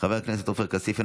חבר הכנסת עופר כסיף,